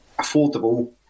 affordable